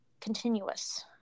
continuous